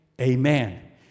Amen